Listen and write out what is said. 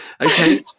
Okay